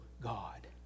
God